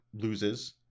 loses